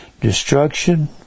destruction